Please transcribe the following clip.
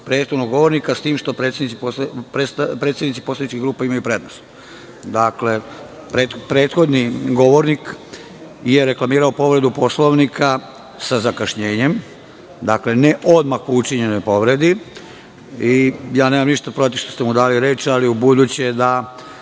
prethodnog govornika, s tim što predsednici poslaničkih grupa imaju prednost. Dakle, prethodni govornik je reklamirao povredu Poslovnika sa zakašnjenjem, dakle, ne odmah po učinjenoj povredi. Nemam ništa protiv što ste mu dali reč, ali ubuduće da,